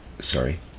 Sorry